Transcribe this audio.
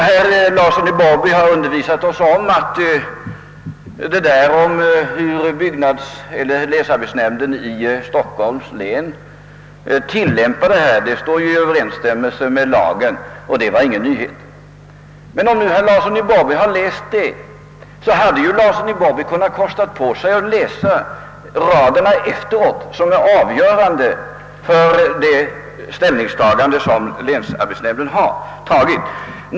Herr Larsson i Borrby har också undervisat oss om att det som i interpellationssvaret står om hur länsarbetsnämnden i Stockholm tillämpar bestämmelserna helt enkelt är ett återgivande av vad som står i lagen och alltså inte är någon nyhet. Men om herr Larsson i Borrby nu läst detta avsnitt, hade han väl kunnat kosta på sig att läsa också de följande raderna, som är avgörande för det ställningstagande som länsarbetsnämnden har gjort.